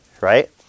Right